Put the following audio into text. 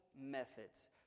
methods